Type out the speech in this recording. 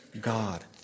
God